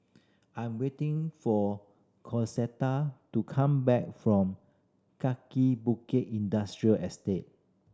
I'm waiting for Concetta to come back from Kaki Bukit Industrial Estate